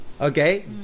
Okay